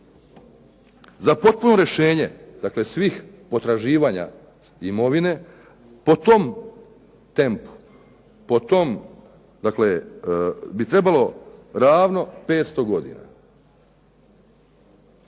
Za potpuno rješenje dakle svih potraživanja imovine po tom tempu, po tom bi trebalo ravno 500 godina.